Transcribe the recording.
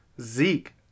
zeke